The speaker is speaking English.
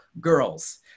girls